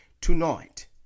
tonight